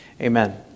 Amen